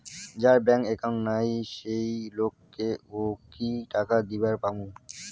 যার bank account নাই সেই লোক কে ও কি টাকা দিবার পামু?